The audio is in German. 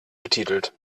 betitelt